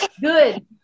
Good